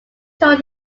told